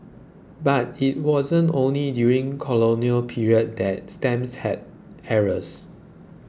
but it wasn't only during the colonial period that stamps had errors